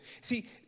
See